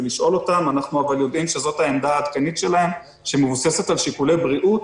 אבל אנחנו יודעים שזאת העמדה העדכנית שלהם שמבוססת על שיקולי בריאות